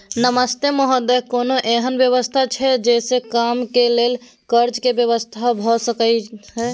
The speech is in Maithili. नमस्ते महोदय, कोनो एहन व्यवस्था छै जे से कम के लेल कर्ज के व्यवस्था भ सके ये?